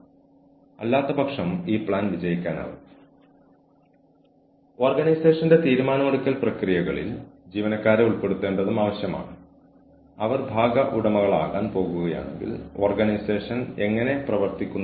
സൌന്ദര്യമത്സരങ്ങളിലും ഇത് സംഭവിക്കുന്നു എന്ന് ഞാൻ വിശ്വസിക്കുന്നു അവിടെ സൌന്ദര്യ രാജ്ഞികൾ ഒരിടത്ത് ഒരുമിച്ചിരിക്കുന്നു കൂടാതെ അവരുടെ പെരുമാറ്റം ദിവസം തോറും നിരീക്ഷിക്കപ്പെടുന്നു